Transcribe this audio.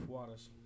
Waters